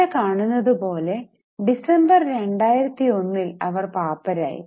ഇവിടെ കാണുന്നത് പോലെ ഡിസംബർ 2001ൽ അവർ പാപ്പരായി